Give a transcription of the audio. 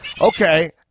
Okay